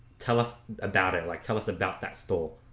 tell us about it like tell us about that store